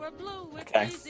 Okay